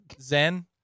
zen